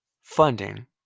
funding